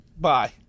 Bye